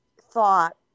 thought